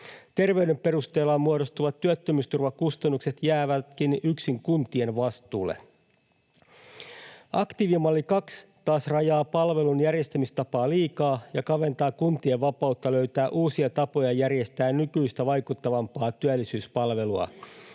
Terveyden perusteella muodostuvat työttömyysturvan kustannukset jäävätkin yksin kuntien vastuulle. Aktiivimalli 2 taas rajaa palvelun järjestämistapaa liikaa ja kaventaa kuntien vapautta löytää uusia tapoja järjestää nykyistä vaikuttavampaa työllisyyspalvelua,